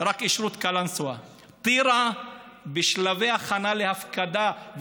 אישרו את קלנסווה, וטירה בשלבי הכנה להפקדה.